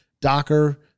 docker